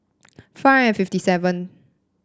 four and fifty seven